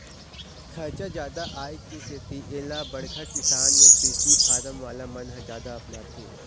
खरचा जादा आए के सेती एला बड़का किसान य कृषि फारम वाला मन ह जादा अपनाथे